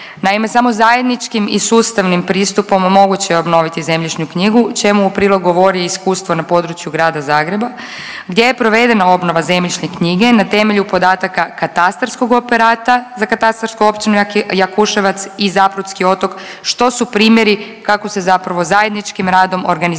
Naime, samo zajedničkim i sustavnim pristupom moguće je obnoviti zemljišnu knjigu čemu u prilog govori i iskustvo na području Grada Zagreba gdje je provedena obnova zemljišne knjige na temelju podataka katastarskog operata za katastarsku Općinu Jakuševac i Zaprudski otok, što su primjeri kako se zapravo zajedničkim radom organizirano